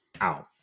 out